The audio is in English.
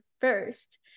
first